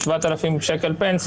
7,000 שקל פנסיה.